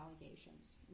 allegations